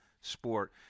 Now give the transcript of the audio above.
sport